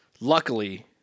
luckily